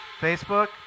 Facebook